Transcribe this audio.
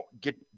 get